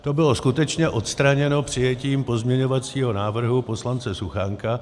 To bylo skutečně odstraněno přijetím pozměňovacího návrhu poslance Suchánka.